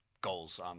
goals